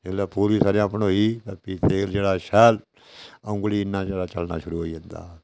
जेल्लै पूरी सरयां प्योई फ्ही तेल जेह्ड़ा शैल उंगली जिन्ना चलना शूरू होई जंदा ऐ